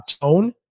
Tone